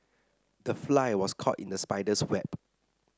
the fly was caught in the spider's web